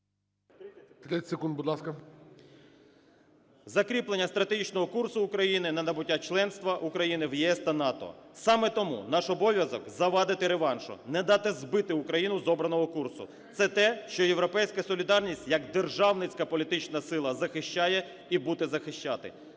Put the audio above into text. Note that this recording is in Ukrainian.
закріплення стратегічного курсу України на набуття членства України в ЄС та НАТО. Саме тому наш обов'язок завадити реваншу, не дати збити Україну з обраного курсу. Це те, що "Європейська солідарність, як державницька політична сила захищає і буде захищати.